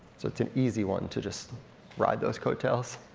so it's an easy one to just ride those coattails.